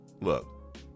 look